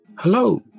Hello